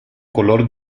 color